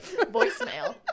voicemail